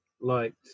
liked